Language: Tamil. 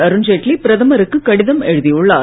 அருண்ஜெட்லி பிரதமருக்கு கடிதம் எழுதியுள்ளார்